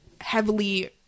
heavily